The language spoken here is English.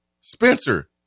Spencer